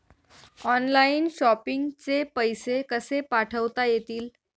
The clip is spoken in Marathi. ऑनलाइन शॉपिंग चे पैसे कसे पाठवता येतील?